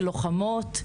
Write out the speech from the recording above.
של לוחמות.